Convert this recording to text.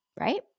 right